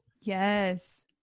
Yes